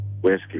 Whiskey